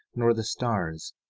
nor the stars,